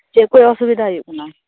ᱪᱮᱜ ᱠᱷᱚᱡ ᱚᱥᱩᱵᱤᱫᱟ ᱦᱩᱭᱩᱜ ᱠᱟᱱᱟ